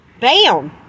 Bam